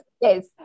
Yes